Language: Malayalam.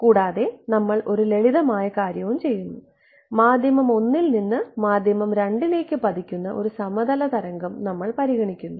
കൂടാതെ നമ്മൾ ഒരു ലളിതമായ കാര്യം ചെയ്യും മാധ്യമം 1 ൽ നിന്ന് മാധ്യമം 2 ലേക്ക് പതിക്കുന്ന ഒരു സമതല തരംഗം നമ്മൾ പരിഗണിക്കുന്നു